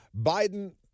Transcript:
Biden